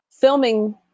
filming